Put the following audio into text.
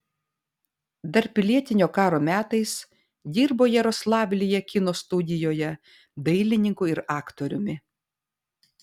dar pilietinio karo metais dirbo jaroslavlyje kino studijoje dailininku ir aktoriumi